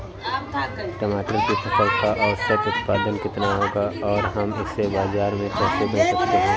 टमाटर की फसल का औसत उत्पादन कितना होगा और हम इसे बाजार में कैसे बेच सकते हैं?